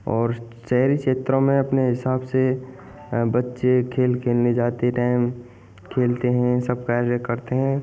और शहरी क्षेत्रों में अपने हिसाब से बच्चे खेल खेलने जाते टाइम खेलते हैं सब कार्य करते हैं